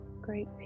great